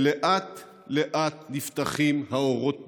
ולאט-לאט נפתחים האורות במטוס.